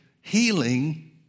healing